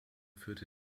führte